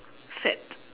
fad